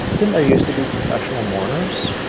didn't there used to be professional mourners?